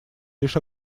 лишь